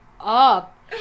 up